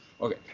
Okay